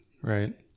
right